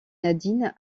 nadine